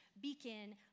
beacon